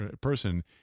person